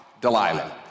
Delilah